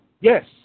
Yes